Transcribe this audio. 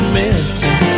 missing